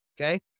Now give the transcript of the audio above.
Okay